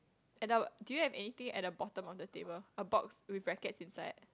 do you have anything at the bottom on the table a box with rackets inside